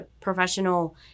professional